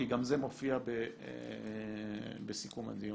כי גם זה מופיע בסיכום הדיון.